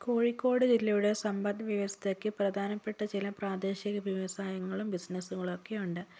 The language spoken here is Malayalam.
കോഴിക്കോട് ജില്ലയുടെ സമ്പദ് വ്യവസ്ഥയ്ക്ക് പ്രധാനപ്പെട്ട ചില പ്രാദേശിക വ്യവസായങ്ങളും ബിസിനസ്സുകളും ഒക്കെയുണ്ട്